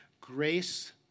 grace